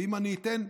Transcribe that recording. ואם אני אתן,